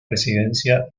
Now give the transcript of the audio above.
presidencia